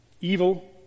Evil